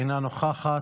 אינה נוכחת,